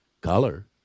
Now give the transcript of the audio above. Color